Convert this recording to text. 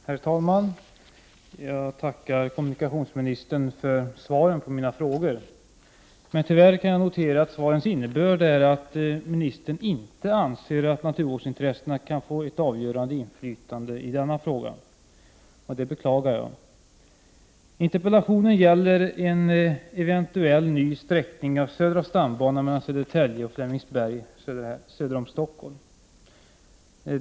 Herr talman! Jag tackar kommunikationsministern för svaren på mina frågor. Tyvärr kan jag notera att svaren innebär att kommunikationsministern inte anser att naturvårdsintressena kan få ett avgörande inflytande i detta ärende, och det beklagar jag. Interpellationen gäller en eventuell ny sträckning av södra stambanan mellan Södertälje och Flemingsberg söder om Stockholm.